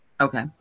Okay